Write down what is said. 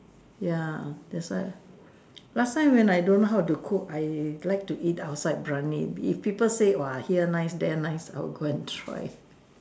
ya that's why last time when I don't know how to cook I like to eat outside Biryani if people say !wah! here nice there nice I will go and try